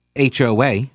HOA